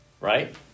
right